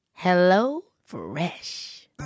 HelloFresh